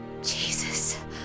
Jesus